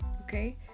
okay